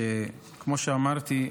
שכמו שאמרתי,